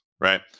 right